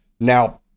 Now